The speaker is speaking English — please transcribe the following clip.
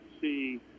see